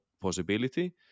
possibility